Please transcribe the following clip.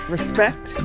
Respect